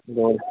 gold